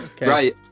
Right